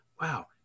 wow